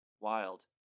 Wild